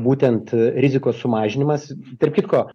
būtent rizikos sumažinimas tarp kitko